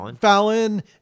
Fallon